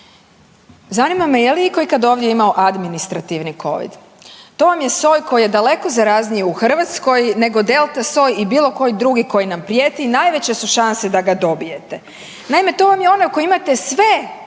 Zanima me je li itko ovdje imao administrativni Covid. To vam je soj koji je daleko zarazniji u Hrvatskoj nego Delta soj i bilo koji drugi koji nam prijeti. Najveće su šanse da ga dobijete. Naime to vam je onaj u kojem imate sve